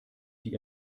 die